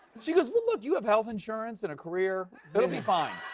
she goes, well, look, you have health insurance and a career. they'll be fine.